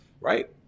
Right